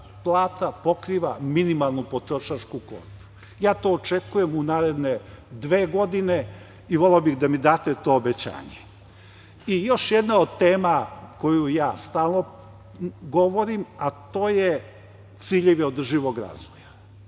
plana pokriva minimalnu potrošačku korpu. Ja to očekujem u naredne dve godine i voleo bih da mi date to obećanje. Još jedna od tema koju ja stalno govorim, a to su ciljevi održivog razvoja.